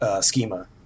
schema